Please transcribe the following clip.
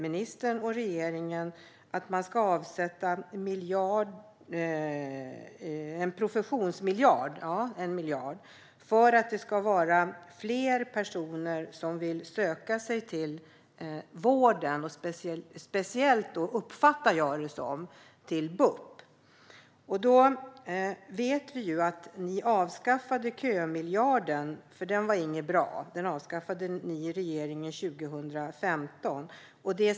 Ministern och regeringen föreslår att man ska avsätta 1 miljard till en professionsmiljard för att få fler personer att söka sig till vården, speciellt till BUP. Vi vet att regeringen avskaffade kömiljarden 2015 eftersom regeringen inte ansåg att den var bra.